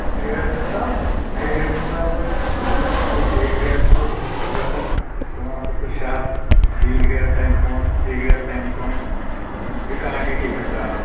یہِ چھُ کرٛیٚڈ حِساب کرٛیٚڈ حِساب حظ چھُ مَطلَب اَے گرٛیڈ چھُ گَژھان پانٛژھ ہَتھ تہٕ شیٚے ہَتھ بی گرٛیڈ تَمہِ بۅن سی گرٛیڈ تَمہِ بۅن بیٚیہِ کانٛٹِٹی حِساب